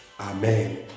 Amen